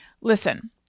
Listen